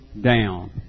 down